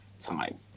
Time